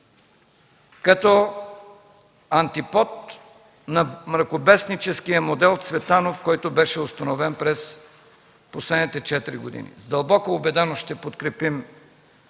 като антипод на мракобесническия модел Цветанов, който беше установен през последните четири години. С дълбока убеденост ще подкрепим